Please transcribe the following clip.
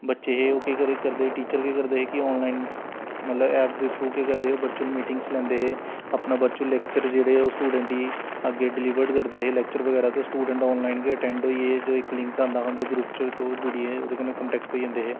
बच्चे हे ओह् केह् करे करदे हे टीचर केह् करदे हे कि आन लाइन मतलब ऐप दे थ्रू केह् करदे हे ओह् बर्चुअल मीटिंग्स लैंदे हे अपना वर्चुअल लैक्चर जेह्ड़े ओह् स्टुडैंट गी अग्गें डलिवर्ड करदे हे लैक्चर बगैरा ते स्टुडैंट आन लाइन गै अटैंड होई ए जो इक लिंक औंदा हा उंदे ग्रुप च तो ओह् जुड़ियै ओह्दे च कान्टैक्ट होई जंदे हे